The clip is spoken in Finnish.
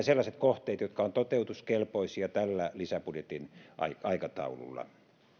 sellaiset kohteet jotka ovat toteutuskelpoisia tällä lisäbudjetin aikataululla